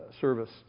service